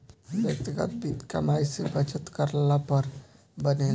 व्यक्तिगत वित्त कमाई से बचत करला पर बनेला